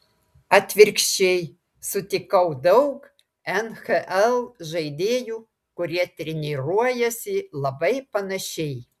atvirkščiai sutikau daug nhl žaidėjų kurie treniruojasi labai panašiai